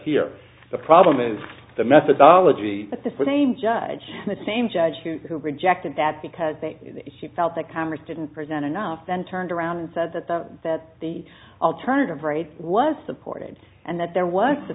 here the problem is the methodology but the same judge the same judge who rejected that because he felt that congress didn't present enough then turned around and said that the that the alternative raid was supported and that there was